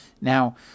Now